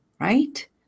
right